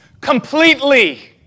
completely